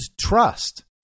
trust